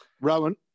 Rowan